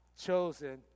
chosen